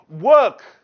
work